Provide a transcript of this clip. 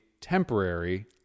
temporary